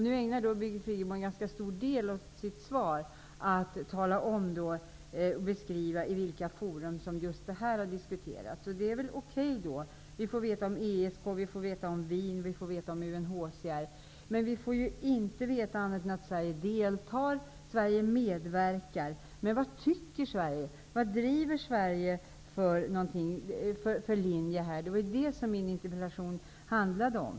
Nu ägnar Birgit Friggebo en ganska stor del av sitt svar åt att beskriva i vilka fora just dessa frågor har diskuterats, och det är väl okej. Hon talar om ESK, om Wien och om UNHCR, men vi får inte veta annat än att Sverige deltar och att Sverige medverkar. Men vad tycker Sverige? Vilken linje driver Sverige? Det var ju det min interpellation handlade om.